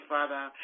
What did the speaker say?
Father